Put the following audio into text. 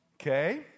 Okay